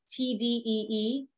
TDEE